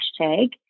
hashtag